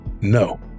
no